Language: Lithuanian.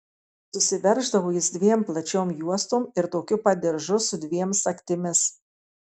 susiverždavo jis dviem plačiom juostom ir tokiu pat diržu su dviem sagtimis